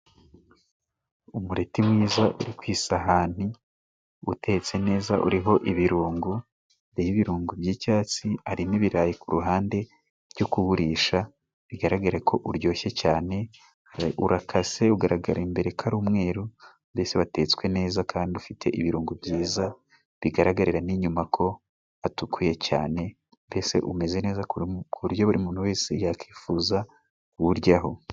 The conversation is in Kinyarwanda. umureti mwiza uri ku isahani utetse neza. Uriho ibirungo, hariho ibirungo by'icyatsi, harimo ibirayi ku ruhande byo kuwurisha, bigaragare ko uryoshye cyane. Urakase, ugaragara imbere ko ari umweru ndetse watetswe neza, kandi ufite ibirungo byiza bigaragarira n'inyuma ko hatukuye cyane, mbese umeze neza ku buryo buri muntu wese yakwifuza kuwuryaho.